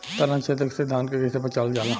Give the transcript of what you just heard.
ताना छेदक से धान के कइसे बचावल जाला?